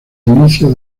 inicio